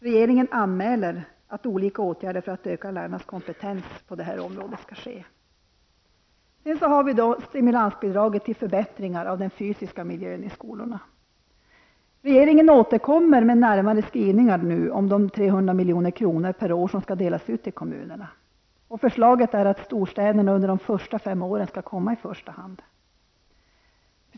Regeringen anmäler att olika åtgärder för att öka lärarnas kompetens på detta område skall vidtas. För det femte: Stimulansbidraget till förbättringar av den fysiska miljön i skolorna. Regeringen återkommer nu med närmare skrivningar om de 300 milj.kr. per år som skall delas ut till kommunerna. Vad som föreslås är att storstäderna under de första fem åren skall komma i första hand.